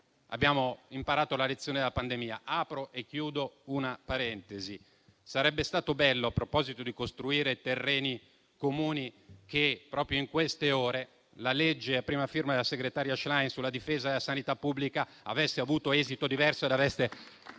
abbiamo imparato la lezione della pandemia. Apro e chiudo una parentesi: sarebbe stato bello, a proposito di costruire terreni comuni, che proprio in queste ore la legge a prima firma della segretaria Schlein sulla difesa della sanità pubblica avesse avuto esito diverso e voi